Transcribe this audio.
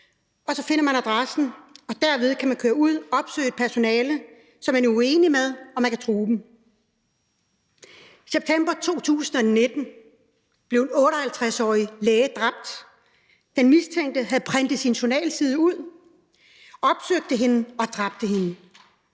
og så finder man adressen, og derved kan man køre ud og opsøge personale, som man er uenig med, og man kan true dem. I september 2019 blev en 58-årig læge dræbt. Den mistænkte havde printet sin journalside ud og opsøgte hende og dræbte hende.